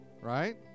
Right